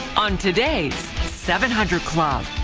on today's seven hundred club.